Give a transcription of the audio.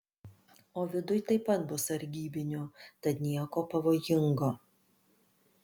o viduj taip pat bus sargybinių tad nieko pavojingo